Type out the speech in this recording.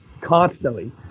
constantly